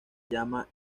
llama